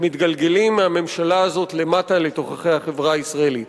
שמתגלגלים מהממשלה הזאת למטה לתוככי החברה הישראלית,